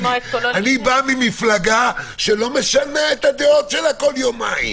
אני בא ממפלגה שלא משנה את הדעות שלה כל יומיים.